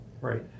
Right